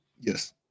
Yes